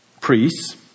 priests